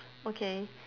okay